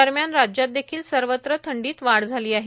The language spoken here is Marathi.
दरम्यान राज्यात देखील सर्वत्र थंडीत वाढ झाली आहे